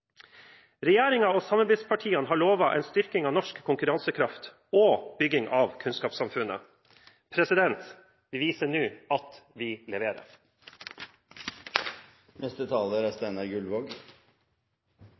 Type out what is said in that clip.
og samarbeidspartiene har lovet en styrking av norsk konkurransekraft og bygging av kunnskapssamfunnet. Det viser nå at vi leverer.